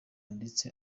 ndetse